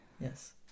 Yes